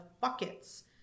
buckets